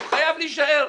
הוא חייב להישאר.